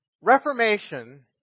Reformation